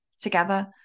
together